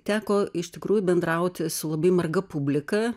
teko iš tikrųjų bendrauti su labai marga publika